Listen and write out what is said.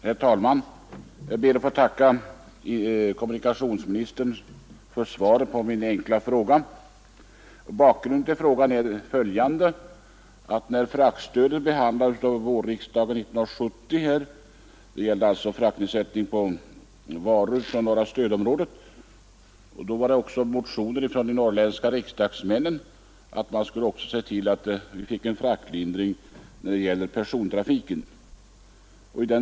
Herr talman! Jag ber att få tacka kommunikationsministern för svaret på min enkla fråga. Bakgrunden till den är följande. När frågan om nedsättning av fraktkostnaden för varor från norra stödområdet behandlades av vårriksdagen 1970, framhöll de norrländska riksdagsmännen i en motion att även kostnaderna för persontrafiken borde lindras.